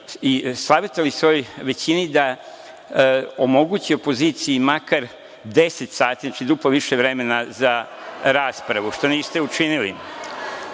i savetovali svojoj većini da omogući opoziciji makar 10 sati, duplo više vremena za raspravu, ali to niste učinili. Što